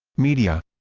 media